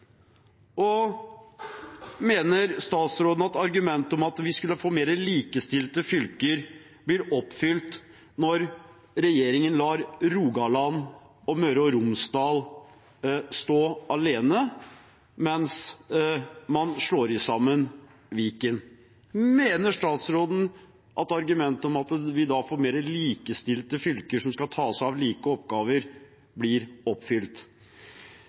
Og mener statsråden at argumentet om at vi skulle få mer likestilte fylker, blir oppfylt når regjeringen lar Rogaland og Møre og Romsdal stå alene, mens man slår sammen Viken? Mener statsråden at argumentet om at vi da får mer likestilte fylker som skal ta seg av like oppgaver, blir oppfylt?